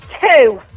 two